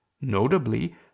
notably